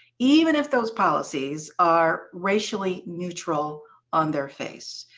even if those policies are racially neutral on their face.